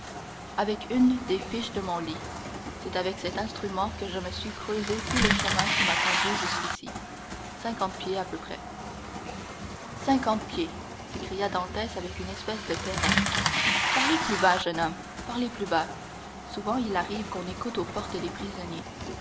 avec une des fiches de mon lit c'est avec cet instrument que je me suis creusé tout le chemin qui m'a conduit jusqu'ici cinquante pieds à peu près cinquante pieds s'écria dantès avec une espèce de terreur parlez plus bas jeune homme parlez plus bas souvent il arrive qu'on écoute aux portes des prisonniers